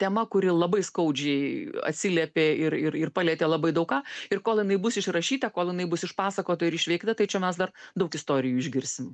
tema kuri labai skaudžiai atsiliepė ir ir palietė labai daug ką ir kol jinai bus išrašyta kol jinai bus išpasakota ir išveikta tai čia mes dar daug istorijų išgirsim